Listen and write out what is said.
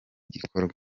gikorwa